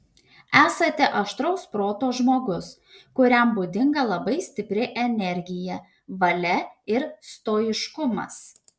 esate aštraus proto žmogus kuriam būdinga labai stipri energija valia ir stoiškumas